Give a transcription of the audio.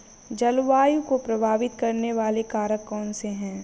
जलवायु को प्रभावित करने वाले कारक कौनसे हैं?